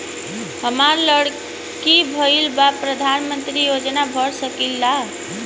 हमार लड़की भईल बा प्रधानमंत्री योजना भर सकीला?